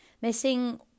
Missing